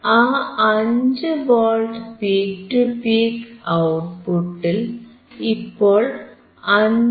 ആ 5 volt peak to peak ഔട്ട്പുട്ടിൽ ഇപ്പോൾ 5